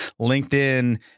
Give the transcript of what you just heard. LinkedIn